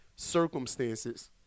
Circumstances